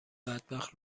بدبخت